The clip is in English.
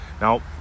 Now